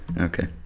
Okay